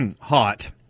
hot